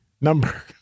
number